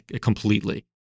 completely